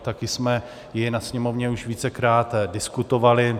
Také jsme ji ve Sněmovně už vícekrát diskutovali.